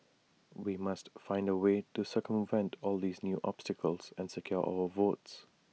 we must find A way to circumvent all these new obstacles and secure our votes